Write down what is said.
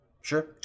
Sure